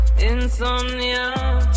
Insomnia